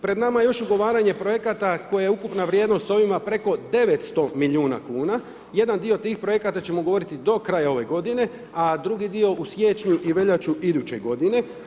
Pred nama je još ugovaranje projekata koja je ukupna vrijednost s ovima preko 900 miliona kuna jedan dio tih projekata ćemo ugovoriti do kraja ove godine, a drugi dio u siječnju i veljači iduće godine.